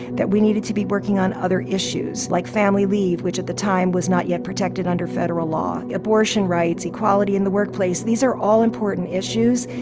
that we needed to be working on other issues like family leave, which, at the time, was not yet protected under federal law abortion rights, equality in the workplace. these are all important issues.